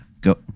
Go